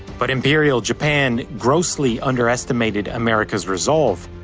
but imperial japan grossly underestimated america's resolve.